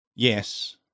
Yes